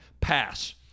Pass